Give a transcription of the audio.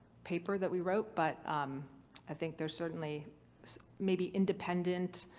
paper that we wrote, but i think there's certainly may be independent